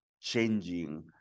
changing